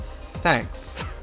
thanks